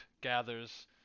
gathers